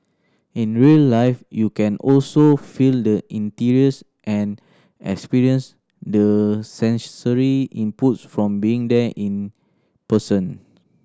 in real life you can also feel the interiors and experience the sensory inputs from being there in person